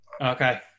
okay